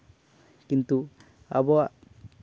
ᱠᱤᱱᱛᱩ ᱟᱵᱚᱣᱟᱜ